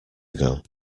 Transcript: ago